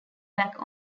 back